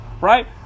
right